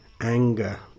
anger